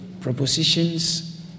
propositions